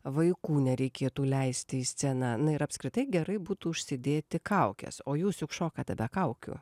vaikų nereikėtų leisti į sceną na ir apskritai gerai būtų užsidėti kaukes o jūs juk šokate be kaukių